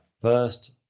first